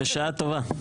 בשעה טובה.